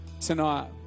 tonight